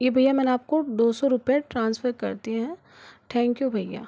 ये भय्या मैंने आप को दो सौ रुपये ट्रांसफर कर दिए हैं थैंक यू भय्या